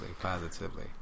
positively